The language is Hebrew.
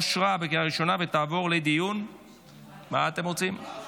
לוועדה שתקבע ועדת הכנסת נתקבלה.